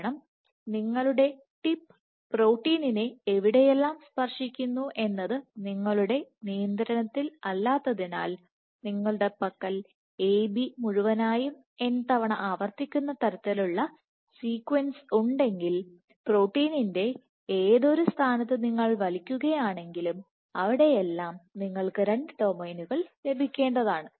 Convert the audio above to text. കാരണം നിങ്ങളുടെ ടിപ്പ് പ്രോട്ടീനെ എവിടെയെല്ലാം സ്പർശിക്കുന്നു എന്നത് നിങ്ങളുടെ നിയന്ത്രണത്തിൽ അല്ലാത്തതിനാൽ നിങ്ങളുടെ പക്കൽ A B മുഴുവനായും n തവണ ആവർത്തിക്കുന്ന തരത്തിലുള്ള സീക്വൻസ് ഉണ്ടെങ്കിൽ പ്രോട്ടീനിൻറെ ഏതൊരു സ്ഥാനത്ത് നിങ്ങൾ വലിക്കുകയാണെങ്കിലും അവിടെയെല്ലാം നിങ്ങൾക്ക് 2 ഡോമൈനുകൾ ലഭിക്കേണ്ടതാണ്